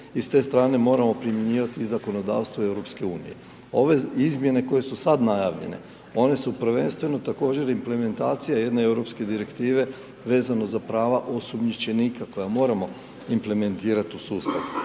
i s te strane moramo primjenjivati i zakonodavstvo EU. Ove izmjene koje su sada najavljene, one su prvenstveno također i implementacija jedne europske direktive, vezano za prava osumnjičenika, koje moramo implementirati u sustav.